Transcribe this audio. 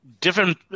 different